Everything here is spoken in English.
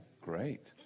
great